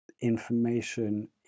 information